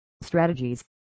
strategies